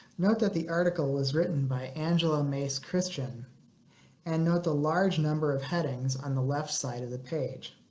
note that the article was written by angela mace christian and note the large number of headings on the left side of the page.